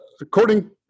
according